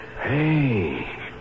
Hey